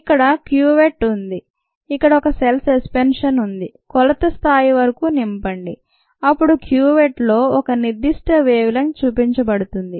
ఇక్కడ క్యూవెట్ట్ ఉంది ఇక్కడ ఒక సెల్ సస్పెన్షన్ ఉంది కొలత స్థాయి వరకు నింపండి అప్పుడు క్యూవెట్ట్లో ఒక నిర్దిష్ట వేవ్ లెంత్ చూపించబడుతుంది